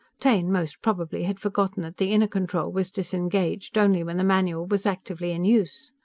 taine, most probably, had forgotten that the inner control was disengaged only when the manual was actively in use.